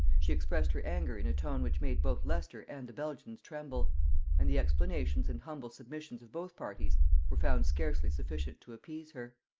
she expressed her anger in a tone which made both leicester and the belgians tremble and the explanations and humble submissions of both parties were found scarcely sufficient to appease her.